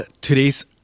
today's